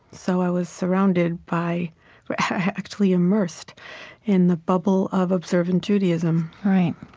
so i was surrounded by actually, immersed in the bubble of observant judaism right.